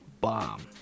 bomb